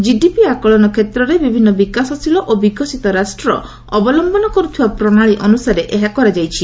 GDP ଆକଳନ କ୍ଷେତ୍ରରେ ବିଭିନ୍ନ ବିକାଶଶୀଳ ଓ ବିକଶିତ ରାଷ୍ଟ୍ର ଅବଲମ୍ଭନ କରୁଥିବା ପ୍ରଣାଳୀ ଅନୁସାରେ ଏହା କରାଯାଇଛି